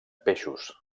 peixos